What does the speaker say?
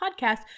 podcast